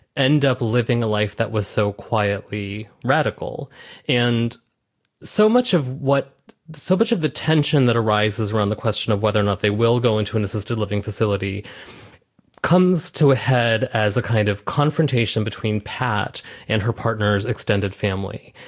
end up living a life that was so quietly radical and so much of what so much of the tension that arises around the question of whether or not they will go into an assisted living facility comes to a head as a kind of confrontation between pat and her partners, extended family.